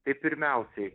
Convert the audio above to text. tai pirmiausiai